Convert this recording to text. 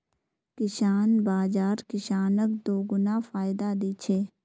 किसान बाज़ार किसानक दोगुना फायदा दी छे